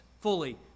fully